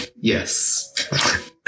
yes